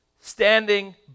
standing